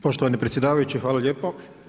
Poštovani predsjedavajući, hvala lijepo.